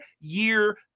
year